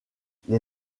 les